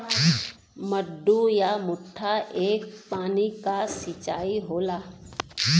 मड्डू या मड्डा एक पानी क सिंचाई होला